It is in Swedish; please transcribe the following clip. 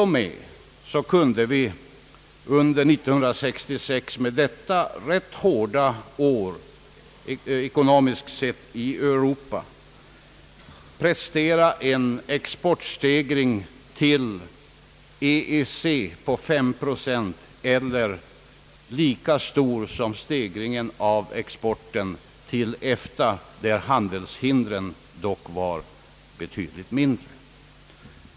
Under det rätt hårda år, som 1966 var i Europa ekonomiskt sett, kunde vi t.o.m. prestera en exportstegring till EEC på 5 procent, eller lika stor stegring som till EFTA, där handelshindren dock var betydligt mindre.